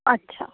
अच्छा